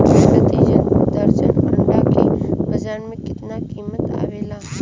प्रति दर्जन अंडा के बाजार मे कितना कीमत आवेला?